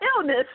illness